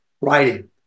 writing